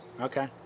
Okay